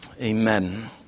Amen